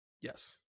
Yes